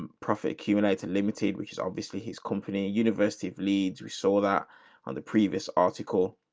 um profit q and a and limited, which is obviously his company, university of leeds. we saw that on the previous article